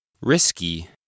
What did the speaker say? Risky